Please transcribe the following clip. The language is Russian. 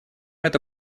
это